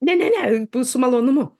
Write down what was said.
ne ne ne su malonumu